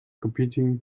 competing